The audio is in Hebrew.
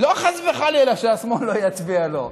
לא חס וחלילה שהשמאל לא יצביע לו,